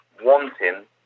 wanting